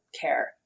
care